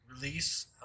release